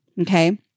Okay